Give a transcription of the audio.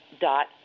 dot